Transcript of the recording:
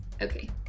okay